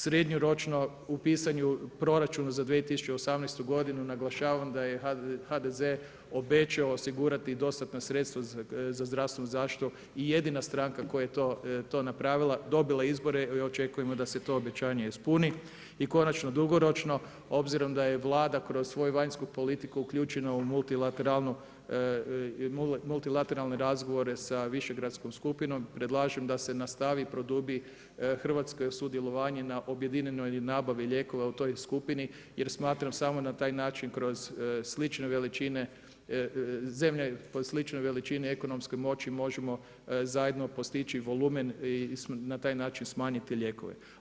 Srednjoročno u pitanju proračuna za 2018. godinu, naglašavam da je HDZ obećao osigurati dostatna sredstva za zdravstvenu zaštitu i jedina stranka koja je to napravila, dobila izbore i evo očekujemo da se to obećanje ispuni i konačno dugoročno, obzirom da je Vlada kroz svoju vanjsku politiku uključena u multilateralne razgovore sa višegradskom skupinom, predlažem da se nastavi, produbi Hrvatskoj sudjelovanjem na objedinjenoj nabavi lijekova u toj skupini, jer smatram samo na taj način kroz slične veličine ekonomske moći možemo zajedno postići volumen i na taj način smanjiti lijekove.